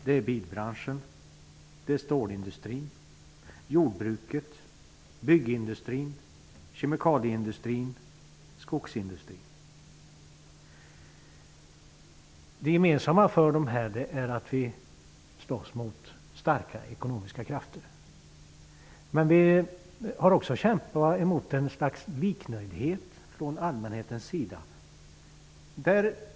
Det gäller bilbranschen, stålindustrin, jordbruket, byggindustrin, kemikalieindustrin och skogsindustrin. Det gemensamma för dem är att vi där slåss mot starka ekonomiska krafter. Men vi har också att kämpa mot ett slags liknöjdhet från allmänhetens sida.